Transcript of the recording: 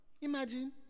Imagine